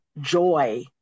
joy